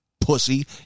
pussy